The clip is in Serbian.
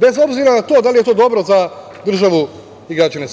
bez obzira na to da li je to dobro za državu i građane